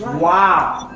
wow,